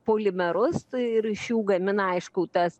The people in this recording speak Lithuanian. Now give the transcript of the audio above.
polimerus tai ir iš jų gamina aišku tas